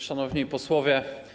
Szanowni Posłowie!